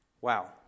wow